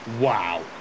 wow